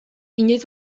inoiz